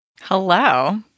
Hello